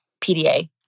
PDA